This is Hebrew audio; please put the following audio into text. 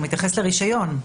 הוא מתייחס לרישיון.